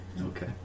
Okay